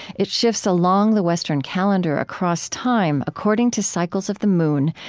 it shifts along the western calendar across time, according to cycles of the moon,